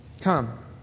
Come